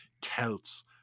Celts